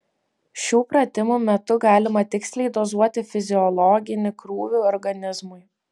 šių pratimų metu galima tiksliai dozuoti fiziologinį krūvį organizmui